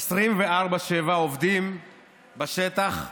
24/7 עובדים בשטח,